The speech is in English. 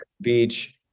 beach